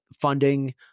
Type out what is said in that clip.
funding